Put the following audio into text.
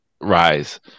rise